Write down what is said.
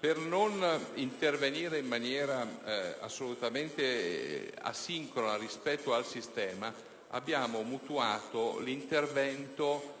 Per non intervenire in maniera assolutamente asincrona rispetto al sistema, abbiamo mutuato l'intervento